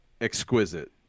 exquisite